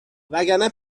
وگرنه